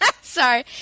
Sorry